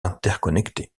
interconnectés